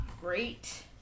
great